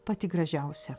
pati gražiausia